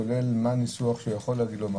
כולל מה הניסוח שהוא יכול להגיד לו,